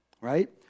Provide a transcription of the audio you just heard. right